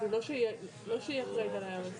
אחרי הדיון שהיה פה אני